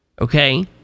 okay